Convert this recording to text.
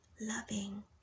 loving